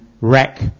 wreck